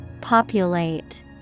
Populate